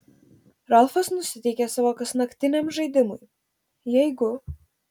ralfas nusiteikė savo kasnaktiniam žaidimui jeigu